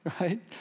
right